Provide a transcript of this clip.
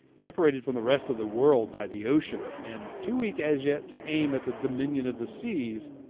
separated from the rest of the world by the ocean, and too weak as yet to aim at the dominion of the seas,